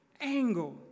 angle